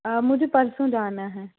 मुझे परसों जाना है